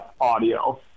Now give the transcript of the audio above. audio